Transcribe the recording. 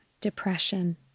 Depression